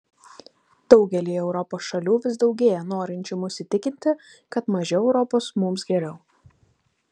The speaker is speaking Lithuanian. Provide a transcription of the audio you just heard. daugelyje europos šalių vis daugėja norinčių mus įtikinti kad mažiau europos mums geriau